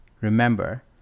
Remember